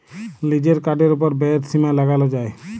লিজের কার্ডের ওপর ব্যয়ের সীমা লাগাল যায়